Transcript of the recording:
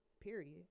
Period